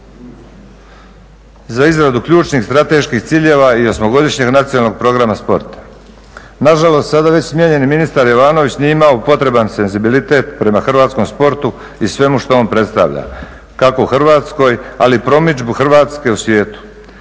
za izradu ključnih strateških ciljeva i osmogodišnjeg nacionalnog programa sporta. Nažalost sada već smijenjeni ministar Jovanović nije imao potreban senzibilitet prema hrvatskom sportu i svemu što on predstavlja kako u Hrvatskoj ali i promidžbu Hrvatske u svijetu.